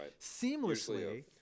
seamlessly